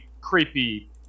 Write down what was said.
creepy